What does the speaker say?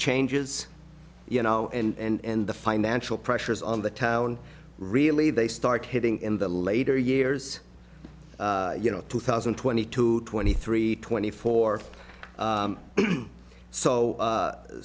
changes you know and the financial pressures on the town really they start hitting in the later years you know two thousand and twenty two twenty three twenty four so so